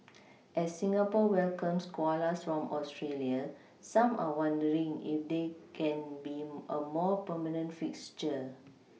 as Singapore welcomes koalas from Australia some are wondering if they can be a more permanent fixture